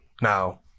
Now